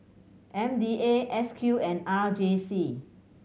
M D A S Q and R J C